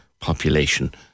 population